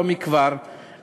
לא מכבר,